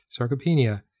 Sarcopenia